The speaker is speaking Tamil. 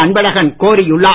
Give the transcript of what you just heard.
அன்பழகன் கோரியுள்ளார்